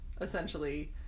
essentially